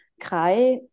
Kai